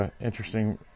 interesting